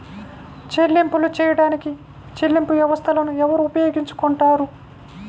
చెల్లింపులు చేయడానికి చెల్లింపు వ్యవస్థలను ఎవరు ఉపయోగించుకొంటారు?